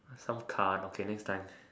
some car okay next time